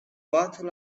bottle